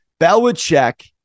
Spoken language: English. Belichick